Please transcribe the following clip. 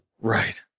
Right